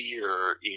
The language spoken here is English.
fear